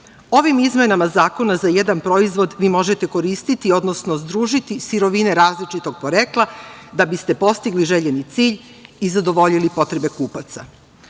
Ovim izmenama zakona za jedan proizvod vi možete koristiti, odnosno združiti sirovine različitog porekla, da biste postigli željeni cilj i zadovoljili potrebe kupaca. Nova